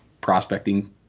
prospecting